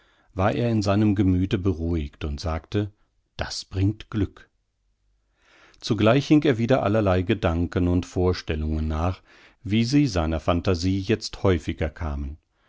war er in seinem gemüthe beruhigt und sagte das bringt glück zugleich hing er wieder allerlei gedanken und vorstellungen nach wie sie seiner phantasie jetzt häufiger kamen